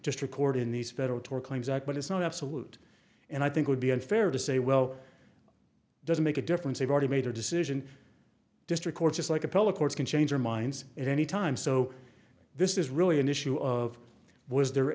just record in these federal tort claims act but it's not absolute and i think would be unfair to say well doesn't make a difference they've already made a decision district court just like appellate courts can change their minds at any time so this is really an issue of was there